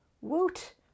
Woot